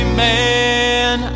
man